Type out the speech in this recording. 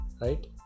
right